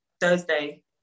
Thursday